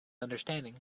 understanding